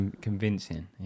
convincing